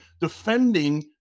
defending